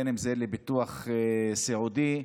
אם זה לביטוח סיעודי,